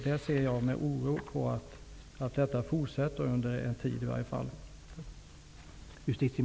Jag ser med oro att detta tycks fortsätta under en tid.